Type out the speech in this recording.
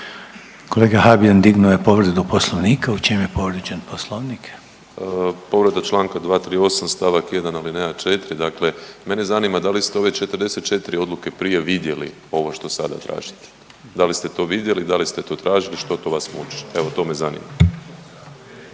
Kolega Habijan dignuo je povredu Poslovnika. U čem je povrijeđen Poslovnik? **Habijan, Damir (HDZ)** Povreda Članka 238. stavak 1. alineja 4., dakle mene zanima da li ste ove 44 odluke prije vidjeli ovo što sada tražite, da li ste to vidjeli i da li ste to tražili što to vas muči? Evo to me zanima.